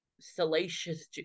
salacious